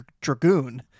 dragoon